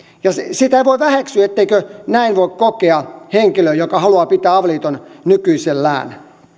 sitä ei voi väheksyä etteikö näin voi kokea henkilö joka haluaa pitää avioliiton nykyisellään